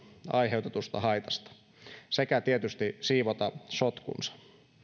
aiheutetusta haitasta sekä tietysti siivota sotkunsa